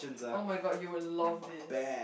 [oh]-my-god you would love this